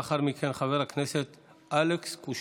לאחר מכן, חבר הכנסת אלכס קושניר.